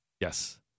Yes